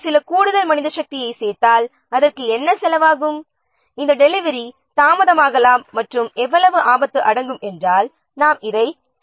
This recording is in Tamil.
சில கூடுதல் பணியாளர்களை சேர்த்தால் செலவு என்ன ஆகும் என்பதை பார்க்க வேண்டும் டெலிவரி தாமதமாகிவிட்டால் வரும் ஆபத்தையும் சரிபார்க்க வேண்டும்